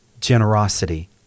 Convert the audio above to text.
generosity